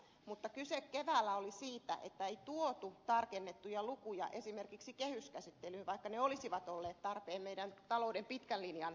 mutta kyse keväällä oli siitä että ei tuotu tarkennettuja lukuja esimerkiksi kehyskäsittelyyn vaikka ne olisivat olleet tarpeen meidän talouden pitkän linjan arvioissa